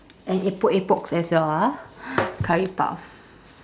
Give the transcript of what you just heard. and epok epoks as well ah curry puff